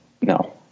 No